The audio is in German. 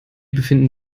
befinden